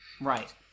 Right